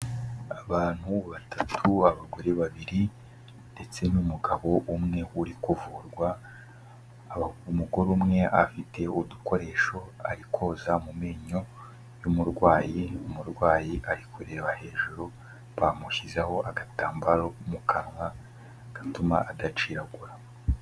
Abantu batatu, abagore babiri, ndetse n'umugabo umwe uri kuvurwa; umugore umwe afite udukoresho ari koza mu menyo y'umurwayi, umurwayi ari kureba hejuru, bamushyizeho agatambaro mu kanwa, gatuma adaciyagura.